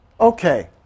Okay